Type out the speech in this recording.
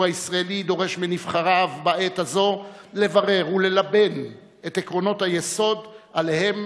הישראלי דורש מנבחריו בעת הזאת לברר וללבן את עקרונות היסוד שעליהם